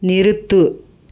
நிறுத்து